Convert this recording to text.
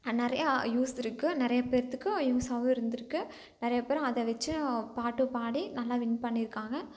ஆ நிறையா யூஸ் இருக்குது நிறைய பேருத்துக்கும் யூஸ்ஸாகவும் இருந்திருக்கு நிறைய பேர் அதை வச்சு பாட்டும் பாடி நல்லா வின் பண்ணியிருக்காங்க